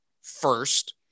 first